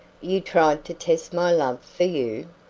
you tried to test my love for you?